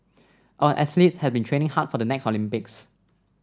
our athletes have been training hard for the next Olympics